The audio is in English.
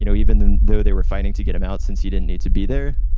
you know even though they were fighting to get him out, since he didn't need to be there,